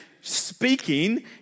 speaking